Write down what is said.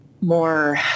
more